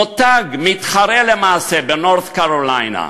מותג, מתחרה, למעשה, ב-North Carolina,